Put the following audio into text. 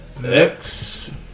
Next